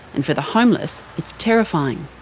and for the homeless, it's terrifying.